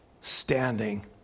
standing